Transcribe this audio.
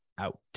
out